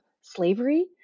slavery